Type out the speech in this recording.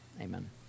amen